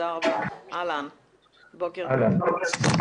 האם הגברתם את הסיורים?